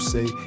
say